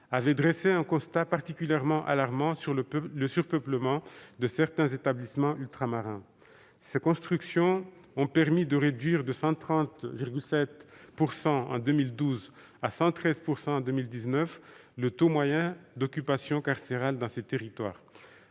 avait dressé un constat particulièrement alarmant sur le surpeuplement de certains établissements ultramarins. Ces constructions ont permis de réduire le taux moyen d'occupation carcérale dans ces territoires